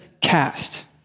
cast